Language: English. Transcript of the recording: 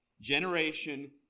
generation